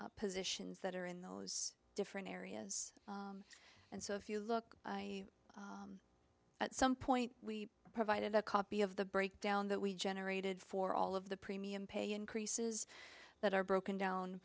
of positions that are in those different areas and so if you look at some point we provided a copy of the breakdown that we generated for all of the premium pay increases that are broken down